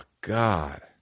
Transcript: God